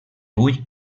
ull